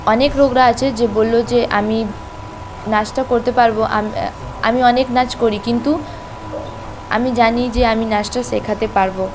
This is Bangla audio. অনেক লোকরা আছে যে বলল যে আমি নাচটা করতে পারব আমি আমি অনেক নাচ করি কিন্তু আমি জানি যে আমি নাচটা শেখাতে পারব